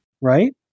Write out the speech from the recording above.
Right